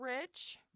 rich